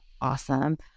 Awesome